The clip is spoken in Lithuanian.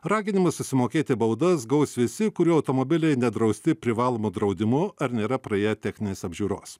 raginimus susimokėti baudas gaus visi kurių automobiliai nedrausti privalomu draudimu ar nėra praėję techninės apžiūros